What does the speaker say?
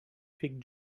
fig